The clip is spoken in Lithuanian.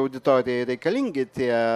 auditorijai reikalingi tie